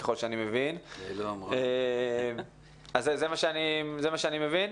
זה מה שאני מבין?